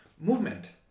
movement